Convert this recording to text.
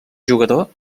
jugador